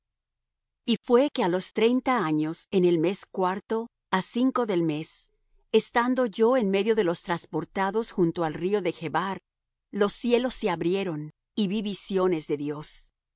y fué que á los treinta años en el mes cuarto á cinco del mes estando yo en medio de los trasportados junto al río de chebar los cielos se abrieron y vi visiones de dios a los